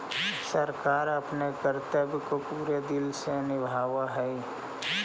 सरकार अपने कर्तव्य को पूरे दिल से निभावअ हई